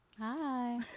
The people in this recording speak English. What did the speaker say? Hi